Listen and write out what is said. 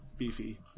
beefy